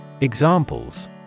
Examples